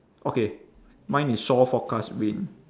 okay mine is shore forecast wind